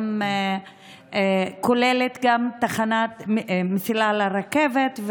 שכוללת גם תחנת מסילה לרכבת,